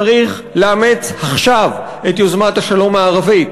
צריך לאמץ עכשיו את יוזמת השלום הערבית,